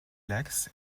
legs